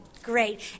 Great